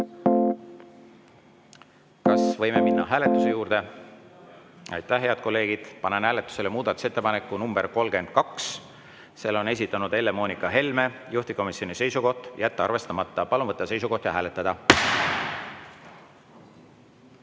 Kas võime minna hääletuse juurde? (Saal on nõus.) Aitäh, head kolleegid! Panen hääletusele muudatusettepaneku nr 32. Selle on esitanud Helle-Moonika Helme, juhtivkomisjoni seisukoht: jätta arvestamata. Palun võtta seisukoht ja hääletada!